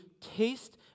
taste